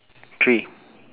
three